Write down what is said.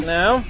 now